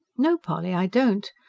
no, polly, i don't.